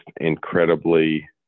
incredibly